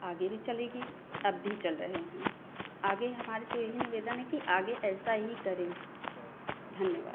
आगे भी चलेगी अब भी चल रहे हैं आगे हमारी तो यही निवेदन है कि आगे ऐसा ही करें धन्यवाद